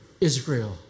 Israel